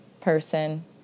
person